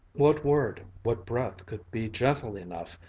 what word, what breath could be gentle enough,